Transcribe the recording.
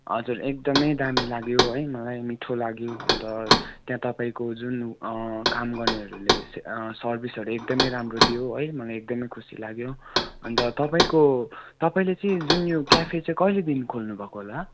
हजुर एकदमै दामी लाग्यो है मलाई मिठो लाग्यो अन्त त्यहाँ तपाईँको जुन काम गर्नेहरूले सर्विसहरू एकदमै राम्रो दियो है मलाई एकदमै खुसी लाग्यो अन्त तपाईँको तपाईँले चाहिँ जुन यो क्याफे चाहिँ कहिलेदेखि खोल्नु भएको होला